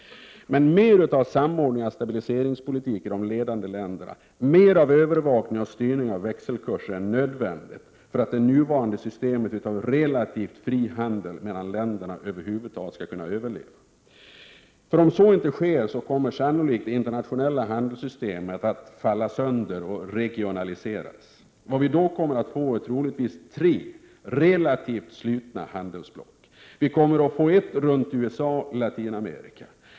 Men mer av samordning av stabiliseringspolitiken i de ledande länderna och mer av övervakning och styrning av växelkurserna är nödvändigt för att det nuvarande systemet av relativt fri handel mellan länderna över huvud taget skall kunna överleva. Om så inte sker kommer sannolikt det internationella handelssystemet att falla sönder och regionaliseras. Vad vi då kommer att få är troligtvis tre relativt slutna handelsblock. Vi kommer att få ett runt USA och Latinamerika.